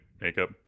makeup